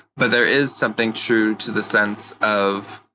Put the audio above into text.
but there is something true to the sense of,